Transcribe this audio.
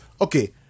Okay